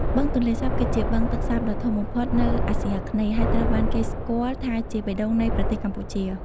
បឹងទន្លេសាប គឺជាបឹងទឹកសាបដ៏ធំបំផុតនៅអាស៊ីអាគ្នេយ៍ ហើយត្រូវបានគេស្គាល់ថាជាបេះដូងនៃប្រទេសកម្ពុជា។